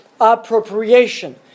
appropriation